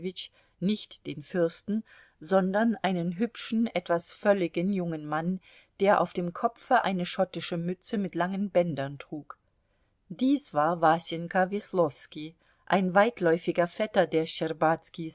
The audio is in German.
nicht den fürsten sondern einen hübschen etwas völligen jungen mann der auf dem kopfe eine schottische mütze mit langen bändern trug dies war wasenka weslowski ein weitläufiger vetter der